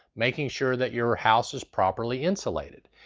making sure that your house is properly insulated.